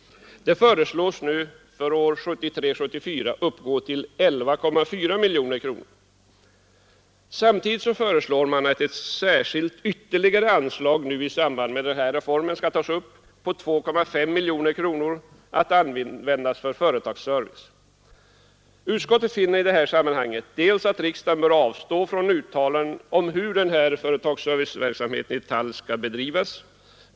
Det föreslås nu för budgetåret 1973/74 uppgå till 11,4 miljoner kronor. Samtidigt föreslår man i samband med denna reform ett särskilt, ytterligare anslag på 2,5 miljoner kronor att användas för företagsservice. Utskottet finner i detta sammanhang att riksdagen bör avstå från uttalanden om hur denna företagsserviceverksamhet i detalj skall bedrivas.